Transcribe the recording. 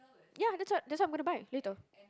ya that's what that's what I'm gonna buy later